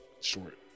short